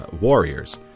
warriors